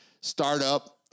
startup